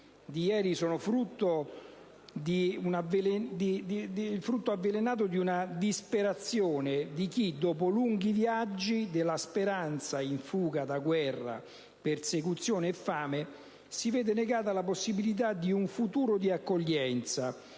sono il frutto avvelenato della disperazione di chi, dopo lunghi viaggi della speranza in fuga da guerra, persecuzione e fame, si vede negata la possibilità di un futuro di accoglienza.